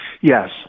Yes